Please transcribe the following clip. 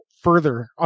further